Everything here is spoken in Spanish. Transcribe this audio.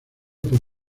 por